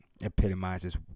epitomizes